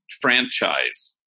franchise